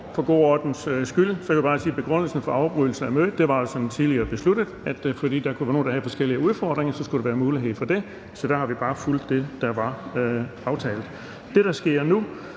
For god ordens skyld skal jeg bare sige, at begrundelsen for afbrydelsen af mødet var – som tidligere besluttet – at hvis der var nogen, der havde forskellige udfordringer, så skulle der være mulighed for en pause . Så der har vi bare fulgt det, der var aftalt. Det, der sker nu,